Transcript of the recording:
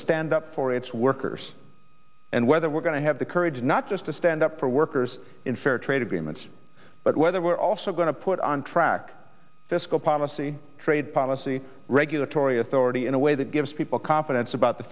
stand up for its workers and whether we're going to have the courage not just to stand up for workers in fair trade agreements but whether we're also going to put on track fiscal policy trade policy regulatory authority in a way that gives people confidence about the